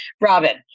Robin